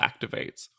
activates